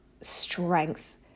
strength